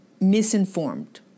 misinformed